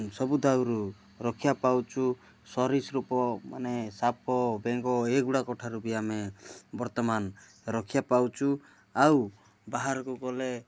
ସବୁ ଦାଉରୁ ରକ୍ଷା ପାଉଛୁ ସରୀସୃପମାନେ ସାପ ବେଙ୍ଗ ଏଗୁଡ଼ାକ ଠାରୁ ବି ଆମେ ବର୍ତ୍ତମାନ ରକ୍ଷା ପାଉଛୁ ଆଉ ବାହାରକୁ ଗଲେ